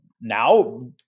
Now